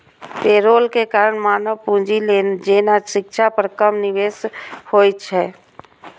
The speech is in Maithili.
पेरोल के कारण मानव पूंजी जेना शिक्षा पर कम निवेश होइ छै